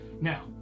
now